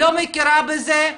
לא מכירה בזה.